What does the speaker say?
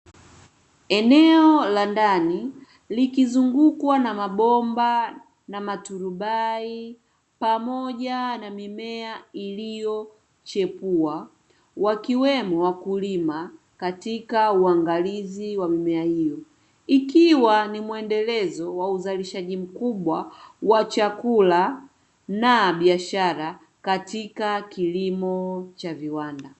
Eneo la ndani likizungukwa na mabomba na maturubai pamoja na mimea iliyo chepua wakiwemo wakulima katika uangalizi wa mimea hiyo. Ikiwa ni muendelezo wa uzalishaji mkubwa wa chakula na biashara katika kilimo cha viwanada.